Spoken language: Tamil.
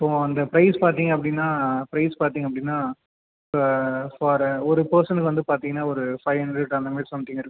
ஸோ அந்த ப்ரைஸ் பார்த்தீங்க அப்படின்னா ப்ரைஸ் பார்த்தீங்க அப்படின்னா இப்போ ஃபார் ஒரு பர்ஸனுக்கு வந்து பார்த்தீங்கன்னா ஒரு ஃபைவ் ஹண்ட்ரட் அந்தமாதிரி சம்திங் இருக்கும் சார்